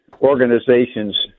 organizations